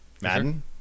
Madden